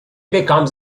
becomes